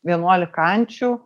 vienuolika ančių